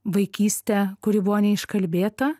vaikystę kuri buvo neiškalbėta